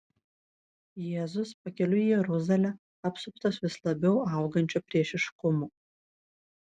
jėzus pakeliui į jeruzalę apsuptas vis labiau augančio priešiškumo